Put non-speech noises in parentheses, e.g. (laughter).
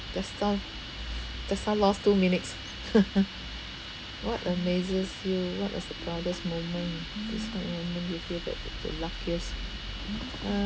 just now just know lost two minutes (laughs) what amazes you what is the proudest moment describe a moment you feel that you're the luckiest uh